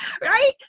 right